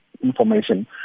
information